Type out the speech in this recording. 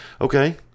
okay